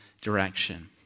direction